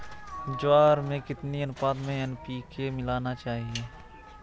ज्वार में कितनी अनुपात में एन.पी.के मिलाना चाहिए?